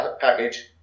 package